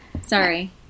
Sorry